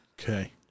Okay